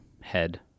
head